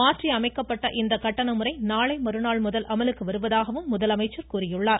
மாற்றி அமைக்கப்பட்ட இந்த கட்டண முறை நாளை மறுநாள் முதல் அமலுக்கு வருவதாகவும் அவர் கூறியுள்ளார்